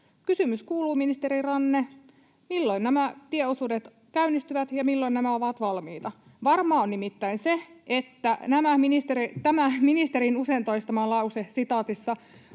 Kysymys kuuluu, ministeri Ranne: milloin nämä tieosuudet käynnistyvät ja milloin nämä ovat valmiita? Varmaa on nimittäin se, että tämä ministerin usein toistama lause ”asfaltti